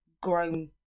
grown